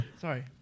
sorry